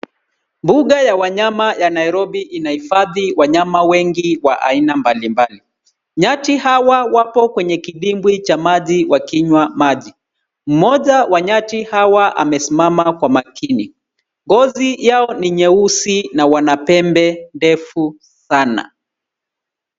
Mbuga ya wanyama ya Nairobi inahifadhi wanyama wengi wa aina mbalimbali. Nyasi hawa wapo kwenye kidimbwi cha maji wakinywa maji. Mmoja wa nyati hawa amesimama kwa makini. Ngozi yao ni nyeusi na wana pembe ndefu sana.